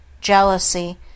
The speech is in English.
jealousy